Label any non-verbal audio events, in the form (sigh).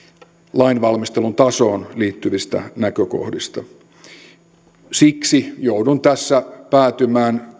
lainvalmistelun tasoon liittyvistä näkökohdista siksi joudun tässä päätymään (unintelligible)